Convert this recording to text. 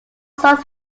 songs